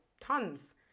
tons